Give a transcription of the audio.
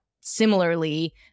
similarly